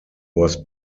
was